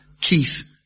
Keith